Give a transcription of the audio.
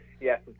Yes